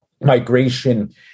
migration